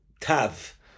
Tav